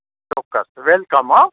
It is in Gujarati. ચોક્કસ વેલકમ હો